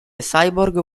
cyborg